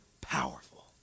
powerful